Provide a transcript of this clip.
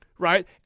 Right